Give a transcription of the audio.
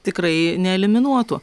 tikrai neeliminuotų